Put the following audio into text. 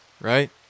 right